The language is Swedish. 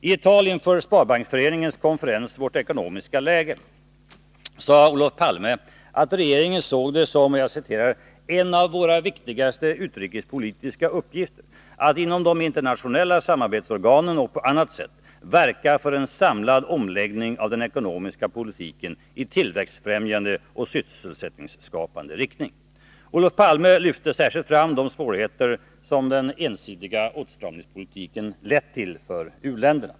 I ett tal inför Sparbanksföreningens konferens ”Vårt ekonomiska läge” sade Olof Palme att regeringen såg det som ”en av våra viktigaste utrikespolitiska uppgifter att inom de internationella samarbetsorganen och på annat sätt verka för en samlad omläggning av den ekonomiska politiken i tillväxtfrämjande och sysselsättningsskapande riktning”. Olof Palme lyfte särskilt fram de svårigheter som den ensidiga åtstramningspolitiken lett till för u-länderna.